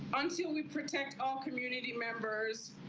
until we protect all community members.